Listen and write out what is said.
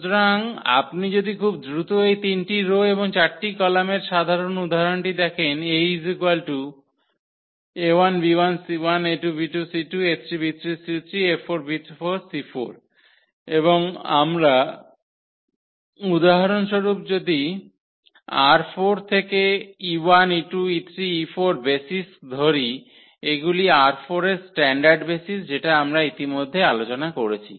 সুতরাং আপনি যদি খুব দ্রুত এই 3 টি রো এবং 4 টি কলামের এই সাধারণ উদাহরণটি দেখেন এবং আমরা উদাহরণস্বরুপ যদি ℝ4 থেকে e1e2e3e4 বেসিস ধরি এগুলি ℝ4 এর স্ট্যান্ডার্ড বেসিস যেটা আমরা ইতিমধ্যেই আলোচনা করেছি